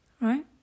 right